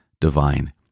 divine